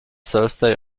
thursday